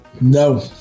no